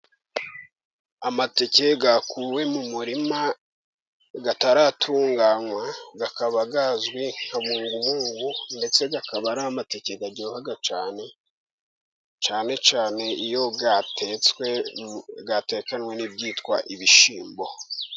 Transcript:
Amateke yakuwe mu murima ataratuganywa akaba azwi nka muhungungu ndetse kakaba ari amateke aryoha cyane. cyane cyane iyo yatekwanye nibyitwa ibishyimbo.